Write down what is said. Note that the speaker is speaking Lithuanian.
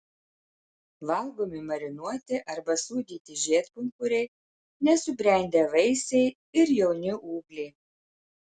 valgomi marinuoti arba sūdyti žiedpumpuriai nesubrendę vaisiai ir jauni ūgliai